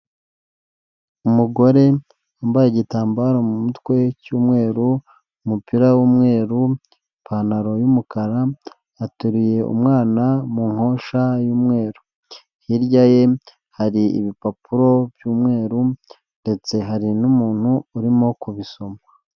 Umugore wambaye igitambaro mu mutwe cy'umweru, umupira w'umweru ipantaro y'umukara ateye umwana mu nkosha y'umweru hirya ye hari ibipapuro by'umweru ndetse hari n'umuntu urimo kubisoma.